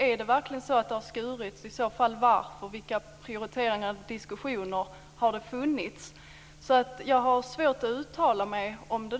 Är det verkligen så att det har skurits, och i så fall varför? Vilka prioriteringar har gjorts, och vilka diskussioner har förts? Jag har svårt att uttala mig om det.